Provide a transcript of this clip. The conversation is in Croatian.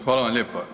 Hvala vam lijepa.